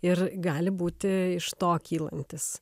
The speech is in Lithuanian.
ir gali būti iš to kylantis